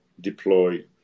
deploy